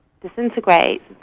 disintegrates